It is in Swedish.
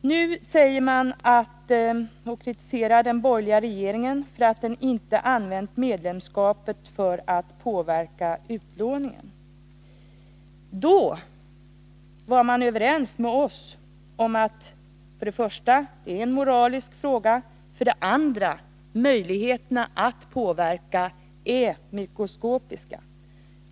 Nu kritiserar socialdemokraterna den borgerliga regeringen för att den inte använt medlemskapet i banken för att påverka utlåningen. Då var man överens med oss om att det för det första var en moralisk fråga och för det andra att möjligheterna att påverka var mikroskopiska.